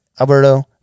alberto